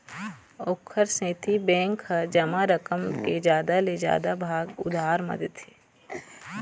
ओखर सेती बेंक ह जमा रकम के जादा ले जादा भाग उधार म देथे